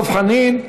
דב חנין,